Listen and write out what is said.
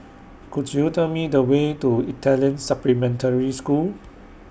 Could YOU Tell Me The Way to Italian Supplementary School